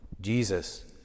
Jesus